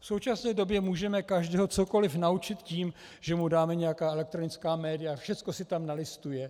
V současné době můžeme každého cokoliv naučit tím, že mu dáme nějaká elektronická média, všecko si tam nalistuje.